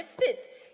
Wstyd.